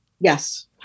Yes